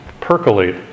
percolate